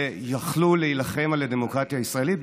שיכלו להילחם על הדמוקרטיה הישראלית.